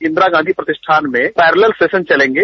इंदिरा गांधी प्रतिष्ठान में पैरलर सैराव चलेंगे